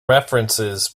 references